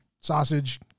sausage